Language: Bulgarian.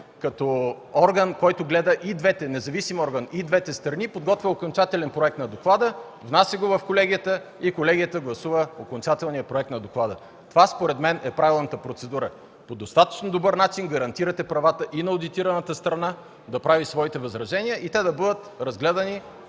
орган, който гледа и двете страни, подготвя окончателен проект на доклада, внася го в колегията и тя гласува окончателния проект на доклада. Това според мен е правилната процедура – по достатъчно добър начин гарантирате правата и на одитираната страна да прави своите възражения, и те да бъдат разгледани